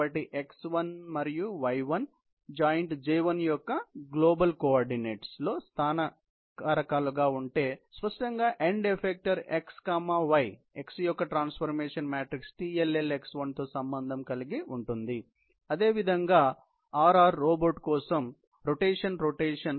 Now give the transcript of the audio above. కాబట్టి x1 మరియు y1 joint J1 యొక్క గ్లోబల్ కోఆర్డినేట్స్ లో స్థాన కారకాలగా ఉంటే కాబట్టి స్పష్టంగాఎండ్ ఎఫెక్టెర్ x y x యొక్క ట్రాన్స్ఫర్మేషన్ మ్యాట్రిక్స్ TLL x1 తో సంబంధం కలిగి ఉంటుంది అదేవిధంగా RR రోబోట్ కోసం రొటేషన్ రొటేషన్ రోబోట్